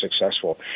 successful